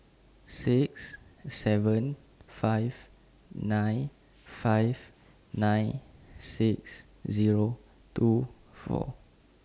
six seven five nine five nine six Zero two four